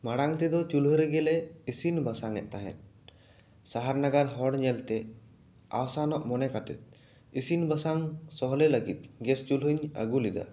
ᱢᱟᱬᱟᱝ ᱛᱮᱫᱚ ᱪᱩᱞᱦᱟᱹ ᱨᱮᱜᱮᱞᱮ ᱤᱥᱤᱱ ᱵᱟᱥᱟᱝᱼᱮᱫ ᱛᱟᱦᱮᱸᱫ ᱥᱟᱦᱟᱨ ᱱᱟᱜᱟᱨ ᱦᱚᱲ ᱧᱮᱞ ᱛᱮ ᱟᱥᱟᱱᱚᱜ ᱢᱚᱱᱮ ᱠᱟᱛᱮ ᱤᱥᱤᱱ ᱵᱟᱥᱟᱝ ᱥᱚᱦᱞᱮ ᱞᱟᱹᱜᱤᱫ ᱜᱮᱥ ᱪᱩᱞᱦᱟᱹᱧ ᱟᱹᱜᱩ ᱞᱮᱫᱟ